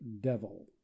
devil